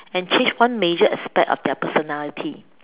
and change one major aspect of their personality